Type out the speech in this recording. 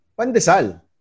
Pandesal